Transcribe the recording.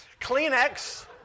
Kleenex